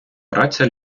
праця